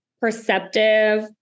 perceptive